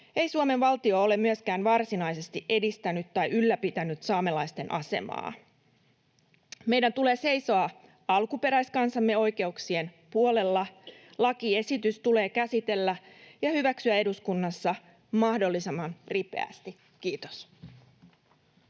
ei Suomen valtio ole myöskään varsinaisesti edistänyt tai ylläpitänyt saamelaisten asemaa. Meidän tulee seisoa alkuperäiskansamme oikeuksien puolella. Lakiesitys tulee käsitellä ja hyväksyä eduskunnassa mahdollisimman ripeästi. — Kiitos.